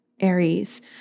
Aries